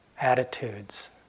attitudes